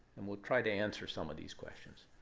and we'll try to answer some of these questions.